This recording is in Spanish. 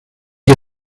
que